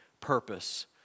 purpose